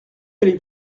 allez